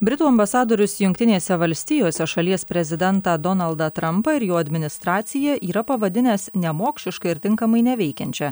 britų ambasadorius jungtinėse valstijose šalies prezidentą donaldą trampą ir jo administraciją yra pavadinęs nemokšiškai ir tinkamai neveikiančią